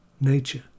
nature